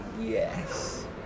yes